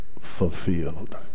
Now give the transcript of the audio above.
fulfilled